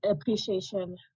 appreciation